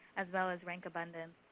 as well as rank abundance.